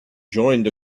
joined